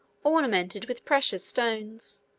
ornamented with precious stones.